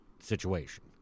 Situation